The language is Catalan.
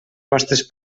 vostres